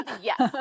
yes